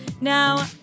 Now